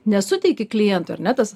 nesuteiki klientui ar ne tas